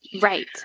Right